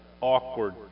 awkward